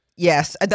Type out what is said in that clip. Yes